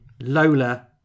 Lola